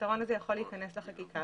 הפתרון הזה יכול להיכנס לחקיקה,